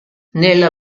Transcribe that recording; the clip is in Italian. nella